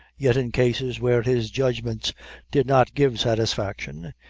yet in cases where his judgments did not give satisfaction,